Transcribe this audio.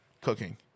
Cooking